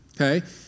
okay